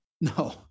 No